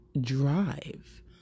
drive